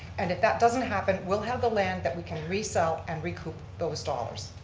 and if that doesn't happen, we'll have the land that we can resell and recoup those dollars.